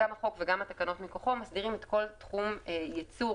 גם החוק וגם התקנות מכוחו מסדירים את כל התחום של ייצור,